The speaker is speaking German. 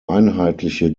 einheitliche